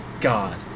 God